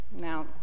Now